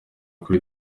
kuri